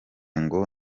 ngo